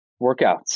workouts